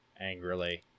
angrily